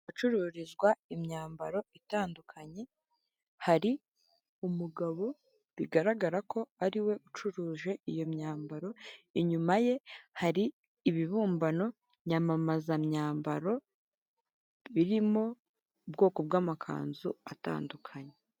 Ahacururizwa imyambaro itandukanye hari umugabo bigaragara ko ariwe ucuruje iyo myambaro, inyuma ye hari ibibumbano nyamamaza myambaro birimo ubwoko bw'amakanzu atandukanye.